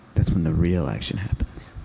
that's when the real action happens.